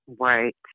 Right